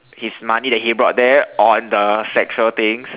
his money that he brought there on the sexual things